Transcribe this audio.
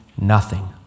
nothing